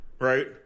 Right